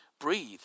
breathe